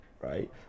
right